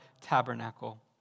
tabernacle